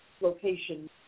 location